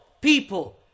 people